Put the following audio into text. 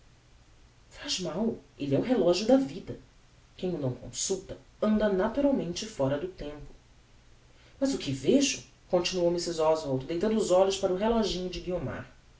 faz mal elle é o relogio da vida quem o não consulta anda naturalmente fóra do tempo mas que vejo continuou mrs oswald deitando os olhos para o reloginho de guiomar